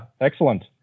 excellent